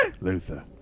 Luther